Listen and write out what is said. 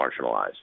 marginalized